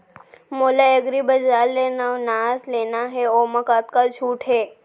मोला एग्रीबजार ले नवनास लेना हे ओमा कतका छूट हे?